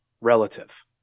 relative